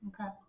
Okay